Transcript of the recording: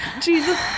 Jesus